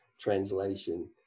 translation